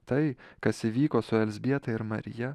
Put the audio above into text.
tai kas įvyko su elzbieta ir marija